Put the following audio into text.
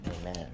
amen